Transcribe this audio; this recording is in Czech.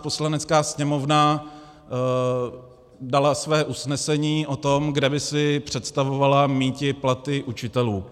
Poslanecká sněmovna dala své usnesení o tom, kde by si představovala míti platy učitelů.